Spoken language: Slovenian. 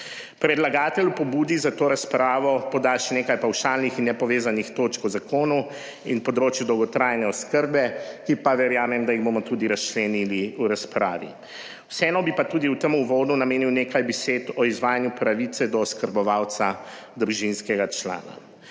Predlagatelj v pobudi za to razpravo poda še nekaj pavšalnih in nepovezanih točk o zakonu in področju dolgotrajne oskrbe, ki pa verjamem, da jih bomo tudi razčlenili v razpravi. Vseeno bi pa tudi v tem uvodu namenil nekaj besed o izvajanju pravice do oskrbovalca družinskega člana.